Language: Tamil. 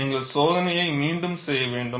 நீங்கள் சோதனையை மீண்டும் செய்ய வேண்டும்